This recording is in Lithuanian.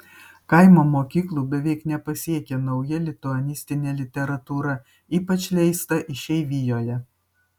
kaimo mokyklų beveik nepasiekia nauja lituanistinė literatūra ypač leista išeivijoje